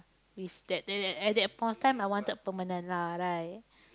is that that that at the point of time I wanted permanent lah right